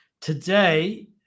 Today